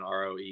ROE